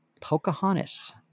Pocahontas